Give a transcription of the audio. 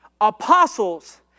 apostles